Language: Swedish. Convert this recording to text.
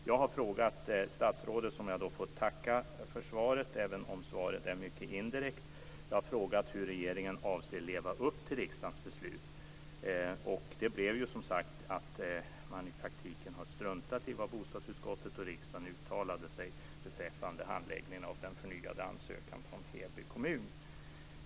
Jag har frågat statsrådet, som jag får tacka för svaret, även om svaret är mycket indirekt, hur regeringen avser att leva upp till riksdagens beslut. Det blev ju som sagt att man i praktiken har struntat i vad bostadsutskottet och riksdagen uttalade beträffande handläggningen av den förnyade ansökan från Heby kommun.